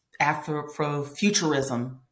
Afrofuturism